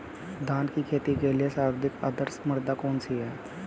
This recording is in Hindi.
धान की खेती के लिए सर्वाधिक आदर्श मृदा कौन सी है?